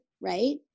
right